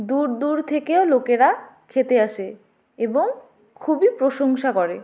দূর দূর থেকেও লোকেরা খেতে আসে এবং খুবই প্রশংসা করে